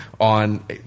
on